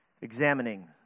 examining